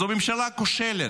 זאת ממשלה כושלת,